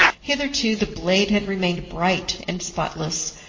hitherto the blade had remained bright and spotless,